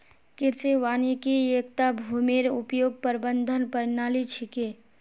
कृषि वानिकी एकता भूमिर उपयोग प्रबंधन प्रणाली छिके